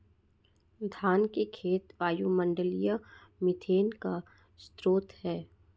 धान के खेत वायुमंडलीय मीथेन का स्रोत हैं